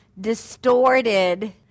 distorted